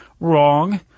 Wrong